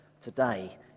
today